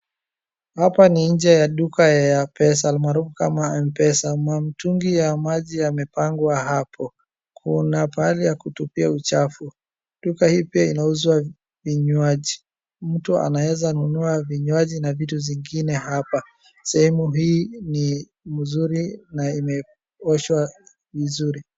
Hapa ni nje ya duka ya pesa almarufu kama Mpesa. Mtungi ya maji yamepangwa hapo kuna pahali ya kutupia uchafu. Duka hii pia inauzwa vinywaji mtu anaweza nunua vinywaji na vitu zingine hapa sehemu hii ni mzuri na imeoshwa vizuri.